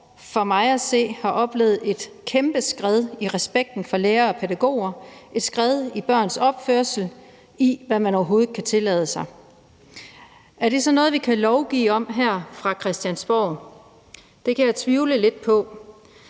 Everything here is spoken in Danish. for mig at se har oplevet et kæmpe skred i respekten for lærere og pædagoger, børns opførsel, og hvad man overhovedet kan tillade sig. Er det så noget, vi kan lovgive om her fra Christiansborg? Det kan jeg tvivle lidt på,